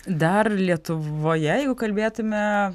dar lietuvoje jeigu kalbėtume